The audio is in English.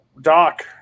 Doc